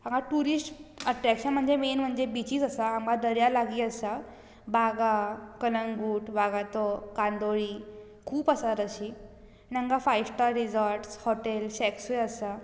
हांगा tourist attraction म्हणजे main म्हणजे बिचीज आसात हांगा दर्या लागींं आसा बागा कळंगूट वागातोर कांदोळी खूब आसात अशी नंतर फायस्टार रिसोर्ट हॉटेल्स शेक्सूय आसात